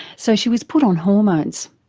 so she was put on hormones.